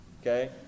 Okay